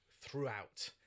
throughout